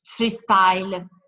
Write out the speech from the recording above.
freestyle